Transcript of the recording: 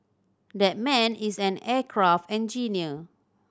that man is an aircraft engineer